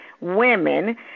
Women